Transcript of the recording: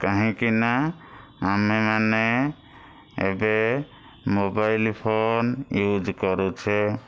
କାହିଁକିନା ଆମେମାନେ ଏବେ ମୋବାଇଲ୍ ଫୋନ୍ ୟୁଜ୍ କରୁଛେ